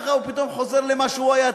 ככה הוא פתאום חוזר למה שהוא היה תמיד.